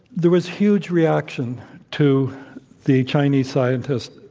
there was huge reaction to the chinese scientist,